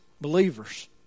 believers